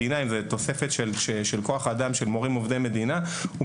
לא תוספת של כוח אדם של מורים עובדי מדינה הוא